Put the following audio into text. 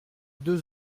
deux